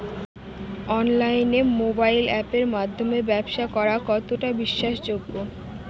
অনলাইনে মোবাইল আপের মাধ্যমে ব্যাবসা করা কতটা বিশ্বাসযোগ্য?